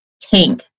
tank